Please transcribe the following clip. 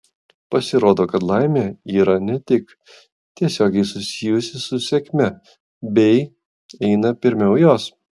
pasirodo kad laimė yra ne tik tiesiogiai susijusi su sėkme bei eina pirmiau jos